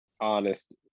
honest